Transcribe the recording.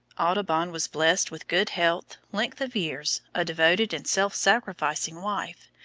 audubon was blessed with good health, length of years, a devoted and self-sacrificing wife,